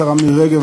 השרה מירי רגב,